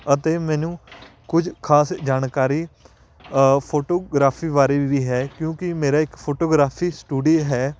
ਅਤੇ ਮੈਨੂੰ ਕੁਝ ਖਾਸ ਜਾਣਕਾਰੀ ਫੋਟੋਗ੍ਰਾਫੀ ਬਾਰੇ ਵੀ ਹੈ ਕਿਉਂਕਿ ਮੇਰਾ ਇੱਕ ਫੋਟੋਗ੍ਰਾਫੀ ਸਟੂਡੀਓ ਹੈ